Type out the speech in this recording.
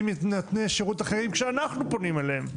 מנותני שירות אחרים כשאנחנו פונים אליהם.